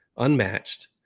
unmatched